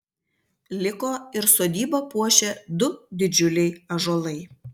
liko ir sodybą puošę du didžiuliai ąžuolai